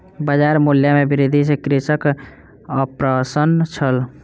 बजार मूल्य में वृद्धि सॅ कृषक अप्रसन्न छल